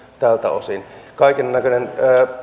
kaikennäköinen